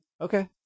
Okay